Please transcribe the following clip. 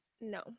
No